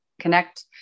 connect